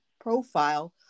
profile